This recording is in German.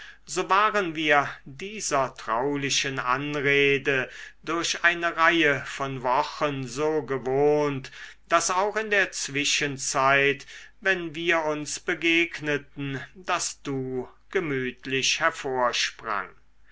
so waren wir dieser traulichen anrede durch eine reihe von wochen so gewohnt daß auch in der zwischenzeit wenn wir uns begegneten das du gemütlich